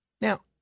Now